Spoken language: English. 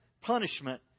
punishment